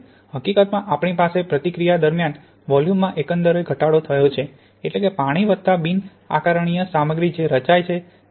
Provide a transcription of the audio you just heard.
હકીકતમાં આપણી પાસે પ્રતિક્રિયા દરમિયાન વોલ્યુમમાં એકંદર ઘટાડો થયો છે એટલે કે પાણી વત્તા બિનઆકારણીય સામગ્રી જે રચાય છે તે કરતા થોડી મોટી હોય છે